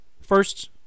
first